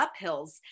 uphills